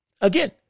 Again